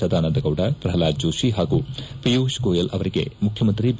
ಸದಾನಂದಗೌಡ ಪ್ರಹ್ಲಾದ್ ಜೋಷಿ ಹಾಗೂ ಪಿಯುಷ್ ಗೊಯೆಲ್ ಅವರಿಗೆ ಮುಖ್ಯಮಂತ್ರಿ ಬಿ